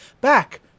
back